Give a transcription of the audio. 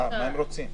מה הם רוצים?